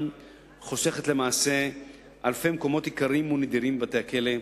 חוסכת למעשה אלפי מקומות יקרים ונדירים בבתי-הכלא.